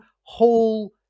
whole